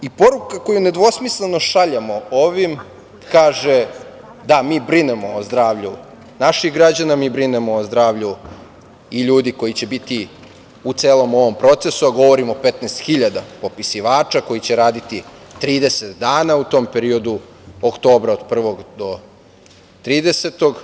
Poruka koju nedvosmisleno šaljemo ovim kaže da mi brinemo o zdravlju naših građana, mi brinemo o zdravlju i ljudi koji će biti u celom ovom procesu, a govorim o 15 hiljada popisivača koji će raditi 30 dana u tom periodu oktobar, od 1. do 30.